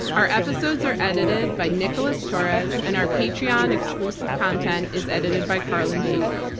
our episodes are edited by nicholas torres and our patreon exclusive content is edited by karlyn daigle.